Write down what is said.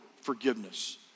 forgiveness